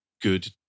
good